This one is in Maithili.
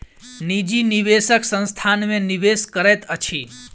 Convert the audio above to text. निजी निवेशक संस्थान में निवेश करैत अछि